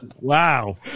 Wow